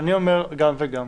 אני אומר: גם וגם.